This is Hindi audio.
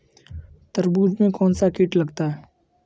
तरबूज में कौनसा कीट लगता है?